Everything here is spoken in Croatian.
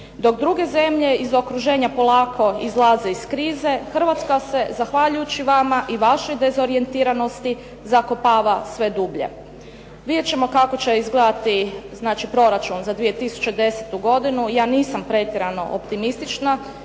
Dok druge zemlje iz okruženja polako izlaze iz krize, Hrvatska se zahvaljujući vama i vašoj dezorijentiranosti zakopava sve dublje. Vidjet ćemo kako će izgledati znači proračun za 2010. godinu. Ja nisam pretjerano optimistična